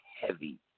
heavy